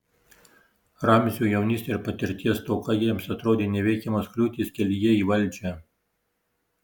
ramzio jaunystė ir patirties stoka jiems atrodė neįveikiamos kliūtys kelyje į valdžią